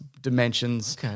dimensions